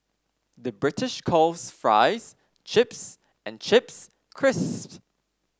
the British calls fries chips and chips crisps